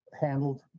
handled